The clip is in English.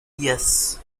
yes